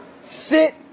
sit